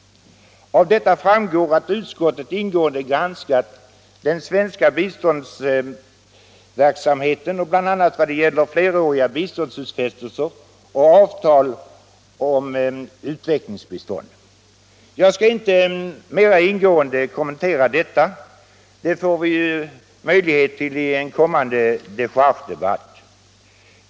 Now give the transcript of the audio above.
Av det betänkandet framgår att utskottet ingående har granskat den svenska biståndsverksamheten, bl.a. vad gäller fleråriga biståndsutfästelser och avtal om utvecklingsbistånd. Jag skall inte mera ingående kommentera detta. Det får vi möjlighet till i en kommande dechargedebatt.